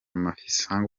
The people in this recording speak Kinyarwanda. mafisango